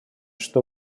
что